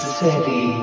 city